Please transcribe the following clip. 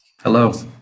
Hello